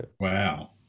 Wow